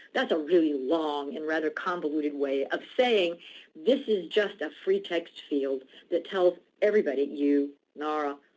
that's a really long and rather convoluted way of saying this is just a free text field that tells everybody, you, nara,